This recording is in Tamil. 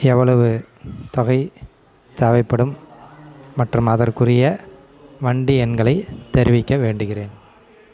எவ்வளவு தொகை தேவைப்படும் மற்றும் அதற்குரிய வண்டி எண்களை தெரிவிக்க வேண்டுகிறேன்